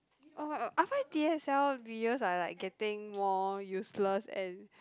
uh I find T_S_L videos are like getting more useless and